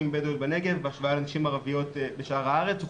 בדואיות בנגב בהשוואה לנשים ערביות בארץ,